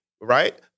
right